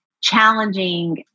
challenging